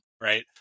right